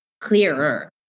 clearer